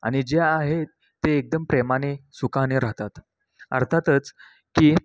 आणि जे आहेत ते एकदम प्रेमाने सुखाने राहतात अर्थातच की